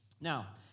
Now